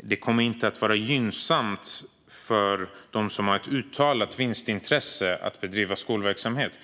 det inte kommer att vara gynnsamt för dem som har ett uttalat vinstintresse att bedriva skolverksamhet.